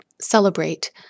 celebrate